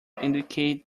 indicate